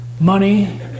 money